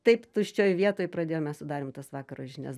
taip tuščioj vietoj pradėjom mes su darium tas vakaro žinias